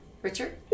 Richard